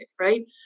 right